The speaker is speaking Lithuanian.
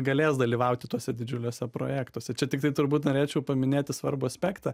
galės dalyvauti tuose didžiuliuose projektuose čia tiktai turbūt norėčiau paminėti svarbų aspektą